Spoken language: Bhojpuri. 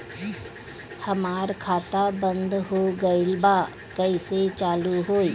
हमार खाता बंद हो गइल बा कइसे चालू होई?